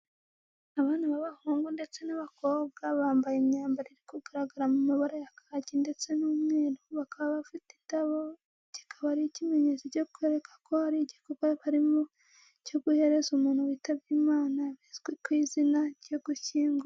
Abana b'abahungu ndetse n'abakobwa bambaye imyambaro iri kugaragara mu mabara ya kaki ndetse n'umweru, bakaba bafite indabo, kikaba ari ikimenyetso cyo kwerekana ko hari igikorwa barimo cyo guherekeza umuntu witabye Imana bizwi ku izina ryo gushyingura.